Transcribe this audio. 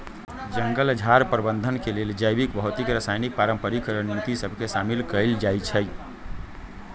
जंगल झार प्रबंधन के लेल जैविक, भौतिक, रासायनिक, पारंपरिक रणनीति सभ के शामिल कएल जाइ छइ